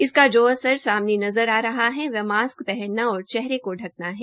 इसका जो असर सामने नज़र आ रहे है वह मास्क पहनना और चेहरे को ढकना है